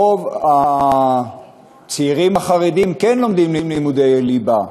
רוב הצעירים החרדים כן לומדים לימודי ליבה.